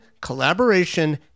collaboration